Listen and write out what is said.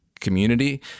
Community